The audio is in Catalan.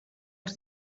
els